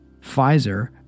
Pfizer